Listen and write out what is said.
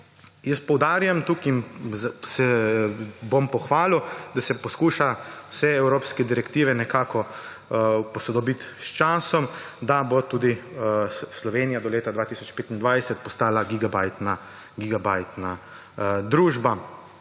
Tukaj poudarjam in se bom pohvalil, da se poskuša vse evropske direktive nekako posodobiti s časom, da bo tudi Slovenija do leta 2025 postala gigabajtna družba.